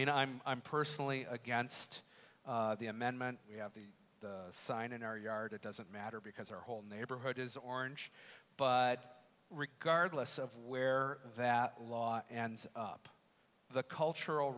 mean i'm i'm personally against the amendment we have the sign in our yard it doesn't matter because our whole neighborhood is orange but regardless of where that law and up the cultural